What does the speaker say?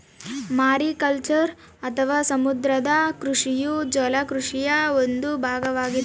mariculture ಅಥವಾ ಸಮುದ್ರ ಕೃಷಿಯು ಜಲ ಕೃಷಿಯ ಒಂದು ಭಾಗವಾಗಿದೆ